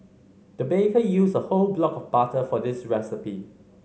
the baker used a whole block of butter for this recipe